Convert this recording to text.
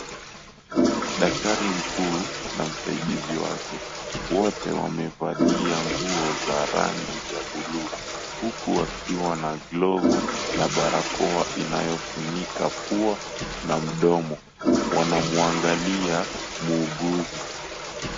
Daktari mkuu na msaidizi wake wote wamevalia nguo za rangi ya buluu, huku wakiwa na glovu ya barakoa inayofunika pua na mdomo. Wanamwangalia muuguzi.